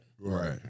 Right